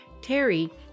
Terry